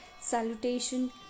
salutation